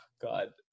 God